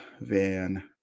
Van